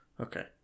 Okay